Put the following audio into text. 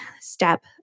step